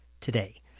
today